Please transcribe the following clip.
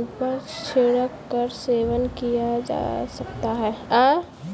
ऊपर छिड़क कर सेवन किया जा सकता है